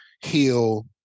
heal